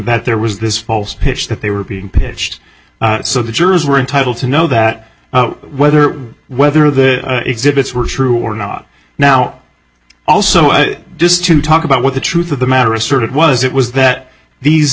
that there was this false pitch that they were being pitched so the jurors were entitled to know that whether or whether the exhibits were true or not now also just to talk about what the truth of the matter asserted was it was that these